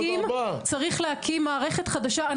צריך להקים --- אז אנחנו